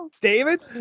David